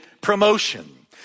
promotion